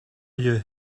you